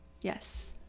Yes